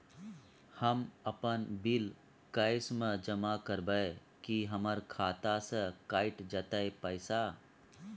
हम अपन bill cash म जमा करबै की हमर खाता स कैट जेतै पैसा?